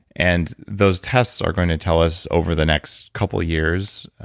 and those tests are going to tell us over the next couple years,